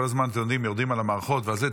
כל הזמן, אתם יודעים, יורדים על המערכות ועל זה.